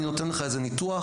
אני נותן לך איזה ניתוח,